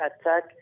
attack